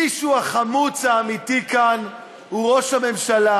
מי שהוא החמוץ האמיתי כאן הוא ראש הממשלה,